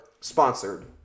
sponsored